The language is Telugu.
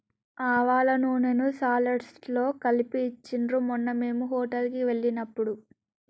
ఆవాల నూనెను సలాడ్స్ లో కలిపి ఇచ్చిండ్రు మొన్న మేము హోటల్ కి వెళ్ళినప్పుడు